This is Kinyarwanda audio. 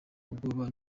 ubwoba